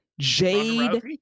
Jade